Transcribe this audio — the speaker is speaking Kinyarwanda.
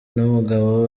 n’umugabo